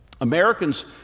Americans